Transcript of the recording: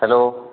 hello